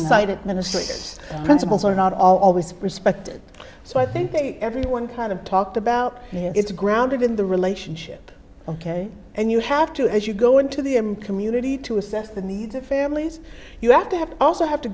it minister principles are not always respected so i think everyone kind of talked about it's grounded in the relationship ok and you have to as you go into the i'm community to assess the needs of families you have to have also have to